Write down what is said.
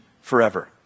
forever